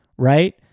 right